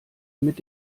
mit